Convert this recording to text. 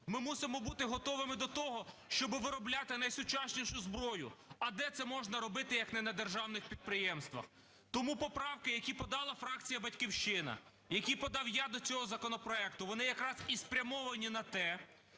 Ми мусимо бути готовими до того, щоби виробляти найсучаснішу зброю. А де це можна робити, як не на державних підприємствах? Тому поправки, які подала фракція "Батьківщина", які подав я до цього законопроекту, вони якраз і спрямовані на те,